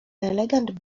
elegant